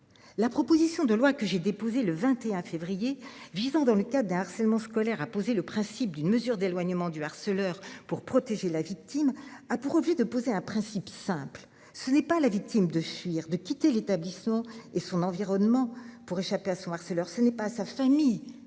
La proposition de loi. J'ai déposé le 21 février visant dans le cas d'un harcèlement scolaire a posé le principe d'une mesure d'éloignement du harceleur. Pour protéger la victime a profit de poser un principe simple, ce n'est pas la victime de fuir de quitter l'établissement et son environnement pour échapper à son harceleur, ce n'est pas à sa famille de s'adapter